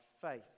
faith